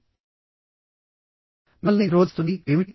మిమ్మల్ని నిరోధిస్తున్నది ఏమిటి